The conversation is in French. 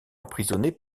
emprisonné